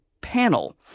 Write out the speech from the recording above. panel